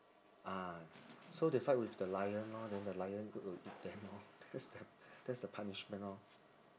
ah so they fight with the lion lor then the lion will eat them lor that's the that's the punishment lor